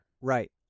Right